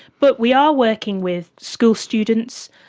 but we are working with school students,